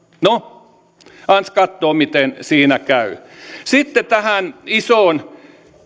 no ans kattoo miten siinä käy sitten tähän isoon